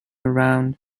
round